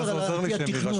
מה זה עוזר לי שהם יירשמו?